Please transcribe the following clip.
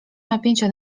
napięcia